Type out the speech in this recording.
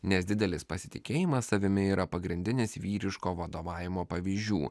nes didelis pasitikėjimas savimi yra pagrindinis vyriško vadovavimo pavyzdžių